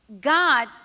God